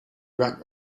rat